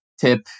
tip